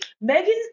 Megan